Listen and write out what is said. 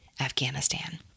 Afghanistan